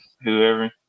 whoever